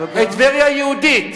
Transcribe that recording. את טבריה היהודית.